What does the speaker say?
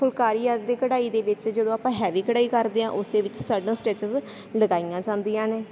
ਫੁਲਕਾਰੀ ਅੱਜ ਦੀ ਕਢਾਈ ਦੇ ਵਿੱਚ ਜਦੋਂ ਆਪਾਂ ਹੈਵੀ ਕਢਾਈ ਕਰਦੇ ਆ ਉਸ ਦੇ ਵਿੱਚ ਸਾਡਾ ਸਟੇਚਿਜ ਲਗਾਈਆਂ ਜਾਂਦੀਆਂ ਨੇ